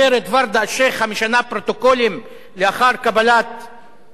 המשנה פרוטוקולים לאחר קבלת החלטה,